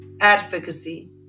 advocacy